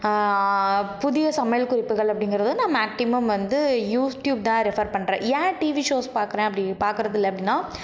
புதிய சமையல் குறிப்புகள் அப்படிங்கிறது நான் மேக்ஸிமம் வந்து யூடியூப் தான் ரெபர் பண்றேன் ஏன் டிவி ஷோஸ் பார்க்குறேன் அப்படி பார்க்குறதில்ல அப்படினா